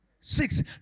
Six